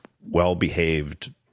well-behaved